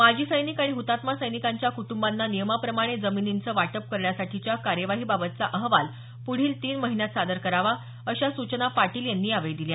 माजी सैनिक आणि हृतात्मा सैनिकांच्या कुटुंबांना नियमाप्रमाणे जमिनींचं वाटप करण्यासाठीच्या कार्यवाहीबाबतचा अहवाल पुढील तीन महिन्यात सादर करावा अशा सूचना पाटील यांनी यावेळी दिल्या